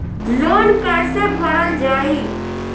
Loan कैसे भरल जाइ?